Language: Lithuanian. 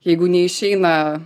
jeigu neišeina